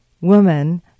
woman